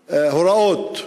ההוראות,